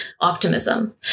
optimism